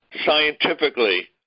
scientifically